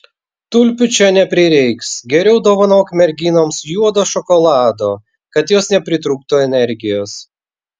tulpių čia neprireiks geriau dovanok merginoms juodo šokolado kad jos nepritrūktų energijos